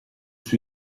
suo